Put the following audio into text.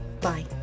Bye